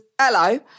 hello